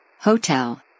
Hotel